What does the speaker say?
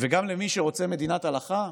גם למי שרוצה מדינת הלכה,